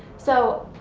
so,